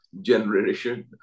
generation